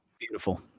Beautiful